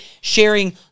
sharing